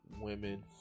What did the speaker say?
women